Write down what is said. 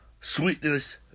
Sweetness